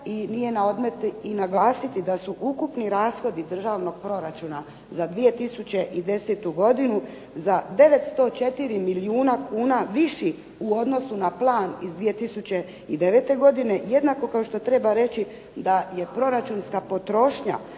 i nije na odmet i naglasiti da su ukupni rashodi Državnog proračuna za 2010. godinu za 904 milijuna kuna viši u odnosu na plan iz 2009. godine, jednako kao što treba reći da je proračunska potrošnja